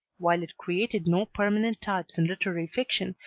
while it created no permanent types in literary fiction,